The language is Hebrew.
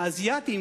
ה"אזייתים",